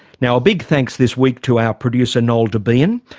now a big thanks this week to our producer noel debien.